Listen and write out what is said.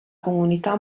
comunità